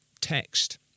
text